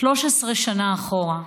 13 שנה אחורה.